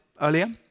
earlier